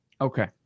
Okay